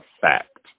fact